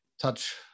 touch